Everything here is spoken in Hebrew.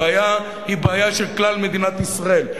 הבעיה היא בעיה של כלל מדינת ישראל.